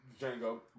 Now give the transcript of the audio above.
Django